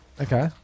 Okay